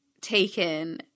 taken